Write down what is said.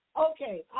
Okay